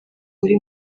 uri